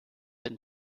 den